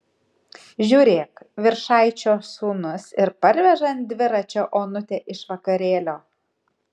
žiūrėk viršaičio sūnus ir parveža ant dviračio onutę iš vakarėlio